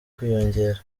kwiyongera